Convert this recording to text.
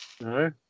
No